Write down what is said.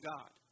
God